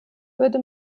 würde